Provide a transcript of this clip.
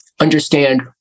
understand